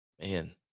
man